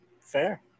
Fair